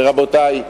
ורבותי,